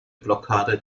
blockade